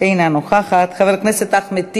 אינה נוכחת, חבר הכנסת אחמד טיבי,